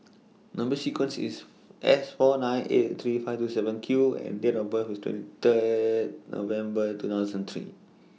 Number sequence IS S four nine eight three five two seven Q and Date of birth IS twenty Third November two thousand and three